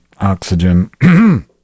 Oxygen